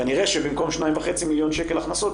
כנראה שבמקום שתיים וחצי מיליון שקל הכנסות,